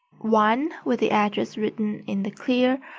one, with the address written in the clear,